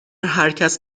هرکس